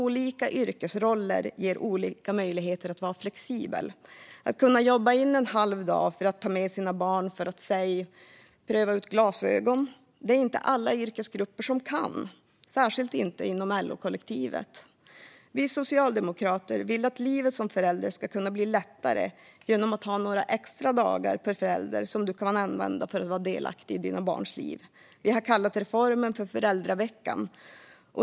Olika yrkesroller ger olika möjligheter att vara flexibel, att kunna jobba in en halv dag för att ta med sina barn för att låt oss säga pröva ut glasögon. Det är inte inom alla yrkesgrupper som man kan göra det, särskilt inte inom LO-kollektivet. Vi socialdemokrater vill att livet som förälder ska bli lättare genom några extra dagar per förälder som du kan använda för att vara delaktig i dina barns liv. Vi har kallat reformen föräldraveckan.